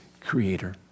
creator